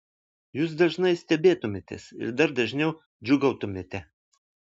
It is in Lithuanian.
jūs dažnai stebėtumėtės ir dar dažniau džiūgautumėte